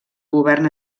govern